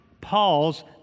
Paul's